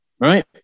right